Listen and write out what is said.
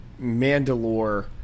Mandalore